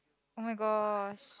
oh-my-gosh